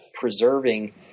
preserving